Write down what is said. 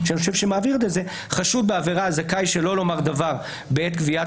הוא: "חשוד בעבירה זכאי שלא לומר דבר בעת גביית